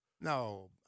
No